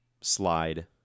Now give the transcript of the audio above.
Slide